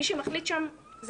מי שמחליט שם זאת